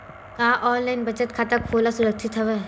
का ऑनलाइन बचत खाता खोला सुरक्षित हवय?